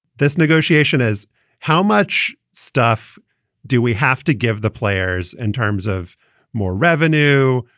this negotiation is how much stuff do we have to give the players in terms of more revenue,